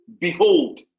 Behold